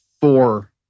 four